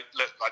look